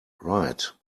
right